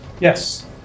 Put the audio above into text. Yes